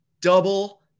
double